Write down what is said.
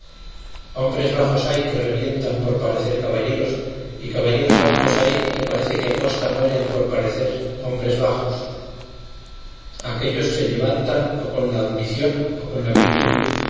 hombres bajos hay que revientan por parecer caballeros y caballeros altos hay que parece que aposta mueren por parecer hombres bajos aquéllos se llevantan o con la ambición o con la virtud